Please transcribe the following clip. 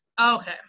okay